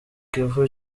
kivu